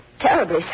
terribly